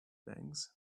things